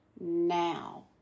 now